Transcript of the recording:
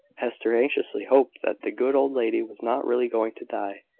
hester anxiously hoped that the good old lady was not really going to die.